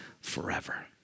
forever